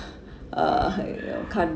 uh I card